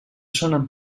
són